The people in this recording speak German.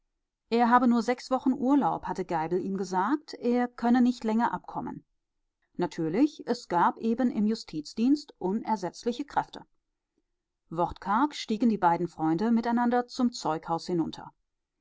er habe nur sechs wochen urlaub hatte geibel ihm gesagt er könne nicht länger abkommen natürlich es gab eben im justizdienst unersetzliche kräfte wortkarg stiegen die beiden freunde miteinander zum zeughaus hinunter